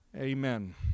Amen